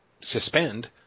suspend